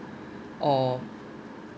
or